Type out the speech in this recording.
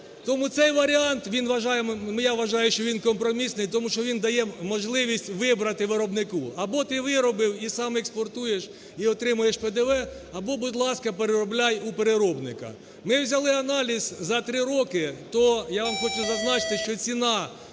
Тому цей варіант, він, я вважаю, що він компромісний, тому що він дає можливість вибрати виробнику: або ти виробив і сам експортуєш і отримуєш ПДВ, або, будь ласка, переробляй у переробника. Ми взяли аналіз за три роки, то я вам хочу зазначити, що ціна